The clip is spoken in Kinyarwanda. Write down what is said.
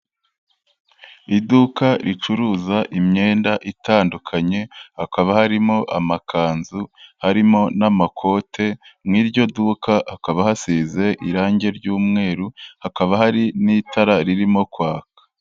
Iduka ricuruza imyenda itandukanye hakaba harimo amakanzu, harimo n'amakote, mu iryo duka hakaba hasize irangi ry'umweru, hakaba hari n'itara ririmo kwaka.